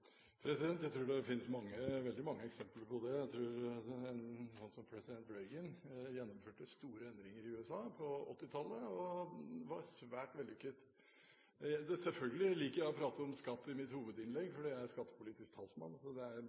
President Reagan gjennomførte store endringer i USA på 1980-tallet. Det var svært vellykket. Selvfølgelig liker jeg å prate om skatt i mitt hovedinnlegg, for jeg er skattepolitisk talsmann, så det er